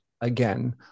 again